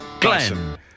Glenn